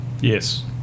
Yes